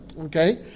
Okay